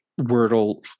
Wordle